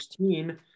16